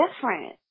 different